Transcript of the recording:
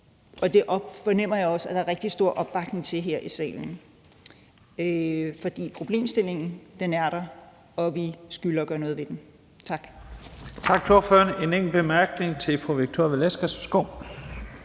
og det fornemmer jeg også at der er rigtig stor opbakning til her i salen. For problemstillingen er der, og vi skylder at gøre noget ved den. Tak. Kl. 11:40 Første næstformand (Leif Lahn Jensen):